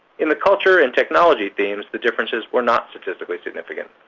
in the culture and technology themes the differences were not statistically significant.